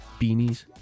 beanies